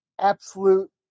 absolute